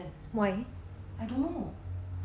why